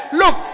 look